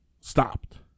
stopped